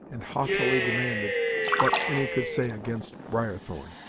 and haughtily demanded what any could say against briarthorn.